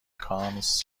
کانس